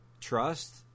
trust